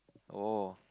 oh